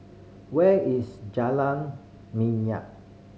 where is Jalan Minyak